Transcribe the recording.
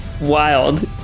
wild